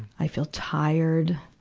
i feel tired.